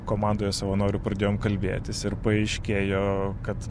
komandoje savanorių pradėjom kalbėtis ir paaiškėjo kad